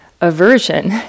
aversion